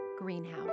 Greenhouse